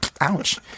ouch